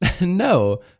No